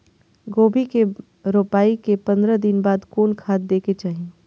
गोभी के रोपाई के पंद्रह दिन बाद कोन खाद दे के चाही?